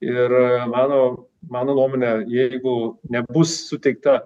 ir mano mano nuomone jeigu nebus suteikta